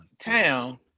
town